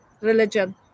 religion